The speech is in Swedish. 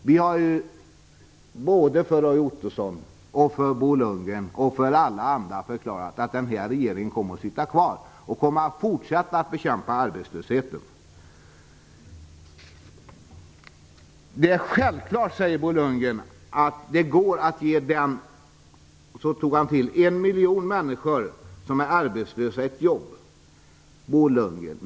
Vi har för både Roy Ottosson och Bo Lundgren och för alla andra förklarat att den här regeringen kommer att sitta kvar och fortsätta att bekämpa arbetslösheten. Det är självklart, säger Bo Lundgren, att det går att ge - här tar han i - 1 miljon arbetslösa människor ett jobb.